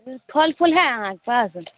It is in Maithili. फल फूल है अहाँकेँ पास